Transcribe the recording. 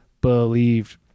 believed